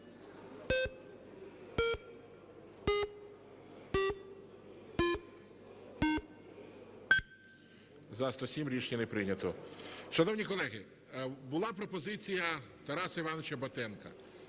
За-107 Рішення не прийнято. Шановні колеги, була пропозиція Тараса Івановича Батенка,